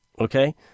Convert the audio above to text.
Okay